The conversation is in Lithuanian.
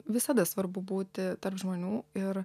visada svarbu būti tarp žmonių ir